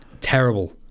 terrible